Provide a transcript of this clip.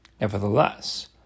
Nevertheless